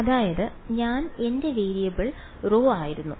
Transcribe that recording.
അതായത് ഞാൻ എന്റെ വേരിയബിൾ ρ ആയിരുന്നു